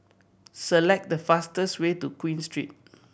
select the fastest way to Queen Street